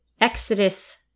Exodus